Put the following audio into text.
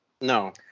No